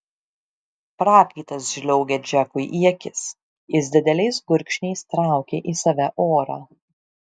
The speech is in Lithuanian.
prakaitas žliaugė džekui į akis jis dideliais gurkšniais traukė į save orą